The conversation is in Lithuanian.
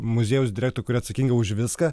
muziejaus direktorė kuri atsakinga už viską